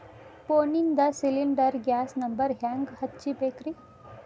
ಫೋನಿಂದ cylinder gas number ಹೆಂಗ್ ಹಚ್ಚ ಬೇಕ್ರಿ?